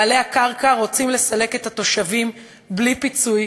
בעלי הקרקע רוצים לסלק את התושבים בלי פיצוי,